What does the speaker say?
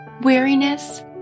weariness